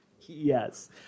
Yes